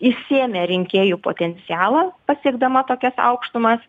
išsiėmė rinkėjų potencialą pasiekdama tokias aukštumas